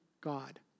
God